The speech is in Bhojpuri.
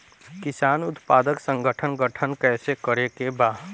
किसान उत्पादक संगठन गठन कैसे करके बा?